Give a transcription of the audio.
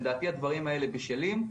לדעתי הדברים האלה בשלים.